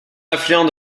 affluent